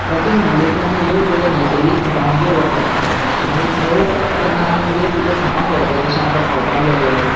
trekking म्हटलें की आमी वेगवेगळ्या नैसर्गीक ठिकाणांचेर वतात आनी थंय वतात तेन्ना आमी वेग वेगळे सामान व्हरतात जशें आमकां खावपाक जाले